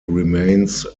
remains